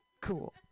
cool